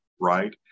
Right